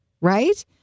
Right